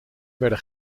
werden